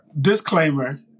Disclaimer